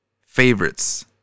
favorites